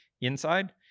inside